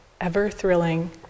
ever-thrilling